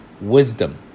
wisdom